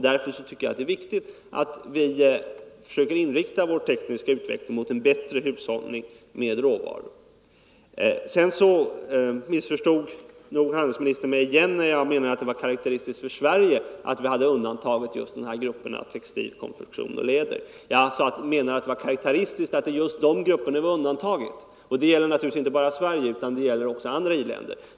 Därför tycker jag att det är viktigt att vi försöker inrikta vår tekniska utveckling mot en bättre hushållning med råvaror. Handelsministern missförstod mig återigen när han menade att jag hade sagt att det var karakteristiskt för Sverige att vi hade undantagit just importområdena textil, konfektion och läder. Jag sade att det var karakteristiskt att just dessa grupper var undantagna. Det gäller inte bara Sverige utan också andra i-länder.